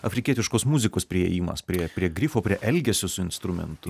afrikietiškos muzikos priėjimas prie prie grifo prie elgesio su instrumentu